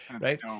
Right